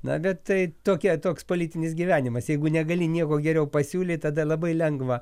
na bet tai tokia toks politinis gyvenimas jeigu negali nieko geriau pasiūlyt tada labai lengva